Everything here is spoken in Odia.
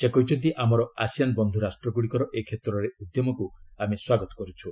ସେ କହିଛନ୍ତି ଆମର ଆସିଆନ ବନ୍ଧୁ ରାଷ୍ଟ୍ରଗୁଡ଼ିକର ଏ କ୍ଷେତ୍ରରେ ଉଦ୍ୟମକ୍ତ ଆମେ ସ୍ୱାଗତ କର୍ଚ୍ଚ